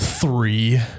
Three